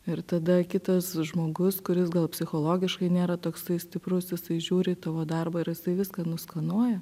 ir tada kitas žmogus kuris gal psichologiškai nėra toksai stiprus jisai žiūri į tavo darbą ir jisai viską nuskanuoja